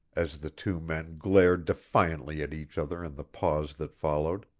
as the two men glared defiantly at each other in the pause that followed.